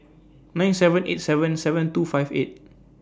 nine seven eight seven seven two five eight